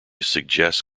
suggests